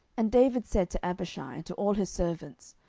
and david said to abishai, and to all his servants,